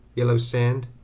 yellow sand,